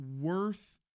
worth